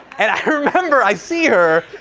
and i remember i see her,